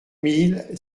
mille